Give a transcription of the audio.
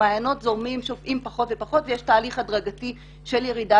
המעיינות זורמים ושופעים פחות ופחות ויש תהליך הדרגתי של ירידה